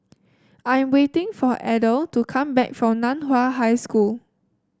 I am waiting for Adel to come back from Nan Hua High School